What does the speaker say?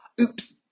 Oops